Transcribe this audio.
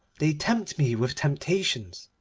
they tempt me with temptations,